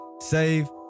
save